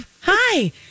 Hi